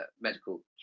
medical